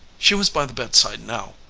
she was by the bedside now,